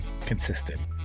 consistent